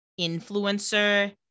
influencer